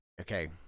Okay